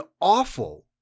awful –